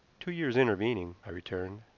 two years intervening, i returned.